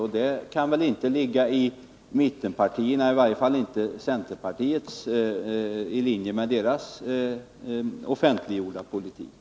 Och det kan väl inte ligga i linje med mittenpartiernas — i vart fall inte centerpartiets — offentliggjorda politik.